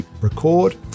record